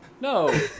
No